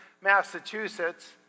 Massachusetts